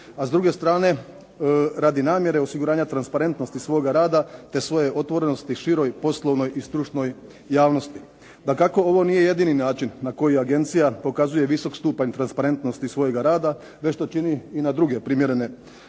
a s druge strane radi namjere osiguranja transparentnosti svoga rada i otvorenosti široj poslovnoj i stručnoj javnosti. Dakako ovo nije jedini način na koji Agencija pokazuje visok stupanj transparentnosti svojega rada već to čini i na druge primjerene načine